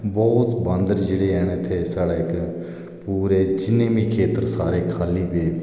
बहुत बांदर जेहड़े हैन इत्थै साढ़ इक पूरे जिन्ने बी खेतर सारे खाली पेदे